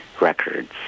Records